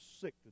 sick